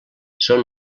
són